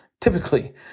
Typically